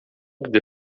gdy